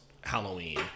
Halloween